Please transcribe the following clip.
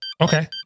Okay